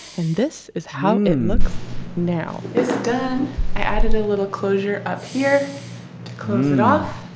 and this is how it looks now it's done. i added a little closure up here to close it off